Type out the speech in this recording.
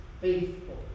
faithful